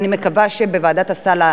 ואני מקווה שבוועדת הסל,